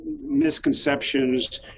misconceptions